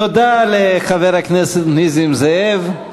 תודה לחבר הכנסת נסים זאב.